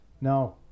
No